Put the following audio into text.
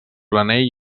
planell